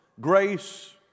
grace